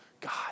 God